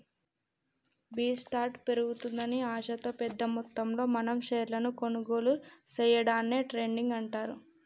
B స్టార్ట్ పెరుగుతుందని ఆశతో పెద్ద మొత్తంలో మనం షేర్లను కొనుగోలు సేయడాన్ని ట్రేడింగ్ అంటారు